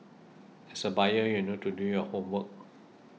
as a buyer you need to do your homework